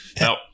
no